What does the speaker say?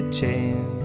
change